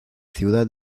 ciudad